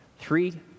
three